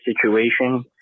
situation